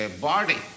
body